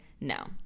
no